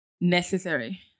necessary